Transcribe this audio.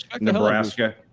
Nebraska